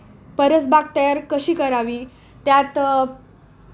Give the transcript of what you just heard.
परसबाग तयार कशी करावी त्यात